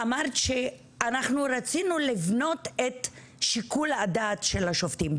אמרת שאנחנו רצינו לבנות את שיקול הדעת של השופטים.